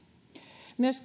myös